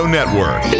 Network